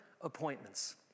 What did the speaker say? appointments